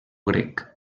grec